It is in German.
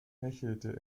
hechelte